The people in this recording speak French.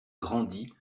grandit